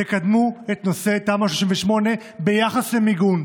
תקדמו את נושא תמ"א 38 ביחס למיגון.